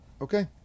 okay